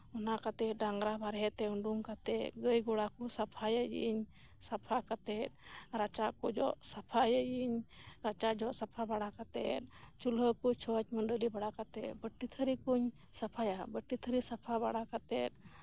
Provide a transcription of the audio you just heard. ᱚᱱᱟ ᱠᱟᱛᱮᱜ ᱰᱟᱝᱨᱟ ᱵᱟᱦᱨᱮ ᱠᱟᱛᱮᱜ ᱜᱟᱹᱭ ᱜᱚᱲᱟ ᱠᱚᱧ ᱥᱟᱯᱷᱟᱭᱟ ᱥᱟᱯᱷᱟ ᱠᱟᱛᱮᱜ ᱨᱟᱪᱟ ᱠᱚᱧ ᱡᱚᱜ ᱥᱟᱯᱷᱟᱭᱟ ᱨᱟᱪᱟ ᱠᱚ ᱡᱚᱜ ᱥᱟᱯᱷᱟ ᱠᱟᱛᱮᱜ ᱪᱩᱞᱦᱟᱹ ᱠᱚ ᱪᱷᱚᱪ ᱢᱩᱰᱟᱹᱞᱤ ᱵᱟᱲᱟ ᱠᱟᱛᱮᱜ ᱵᱟᱹᱴᱤ ᱠᱚᱧ ᱥᱟᱯᱷᱟᱭᱟ ᱥᱟᱯᱷᱟ ᱵᱟᱲᱟ ᱠᱟᱛᱮᱜ